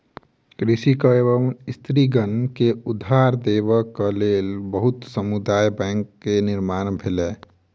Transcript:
कृषक एवं स्त्रीगण के उधार देबक लेल बहुत समुदाय बैंक के निर्माण भेलै